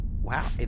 wow